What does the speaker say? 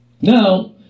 Now